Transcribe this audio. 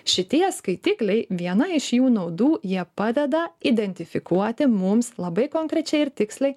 šitie skaitikliai viena iš jų naudų jie padeda identifikuoti mums labai konkrečiai ir tiksliai